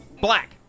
Black